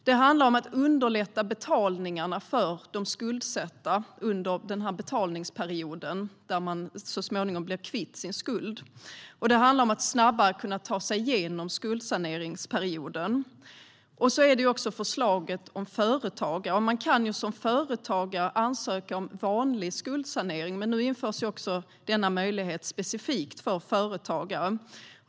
Det handlar om att underlätta betalningarna för de skuldsatta under betalningsperioden - så småningom ska de bli kvitt sin skuld. Det handlar om att snabbare kunna ta sig igenom skuldsaneringsperioden. Det är också ett förslag om företagare. Man kan som företagare ansöka om vanlig skuldsanering. Men nu införs denna möjlighet specifikt för företagare.